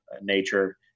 nature